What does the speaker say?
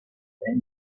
their